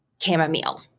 chamomile